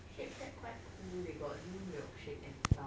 shake shack quite cool they got new milkshake and stuff